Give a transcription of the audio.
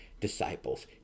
disciples